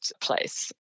place